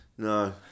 No